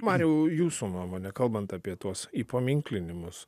mariau jūsų nuomone kalbant apie tuos įpaminklinimus